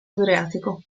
adriatico